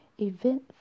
event